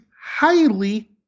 highly